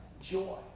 Joy